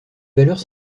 valeurs